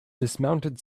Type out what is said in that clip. dismounted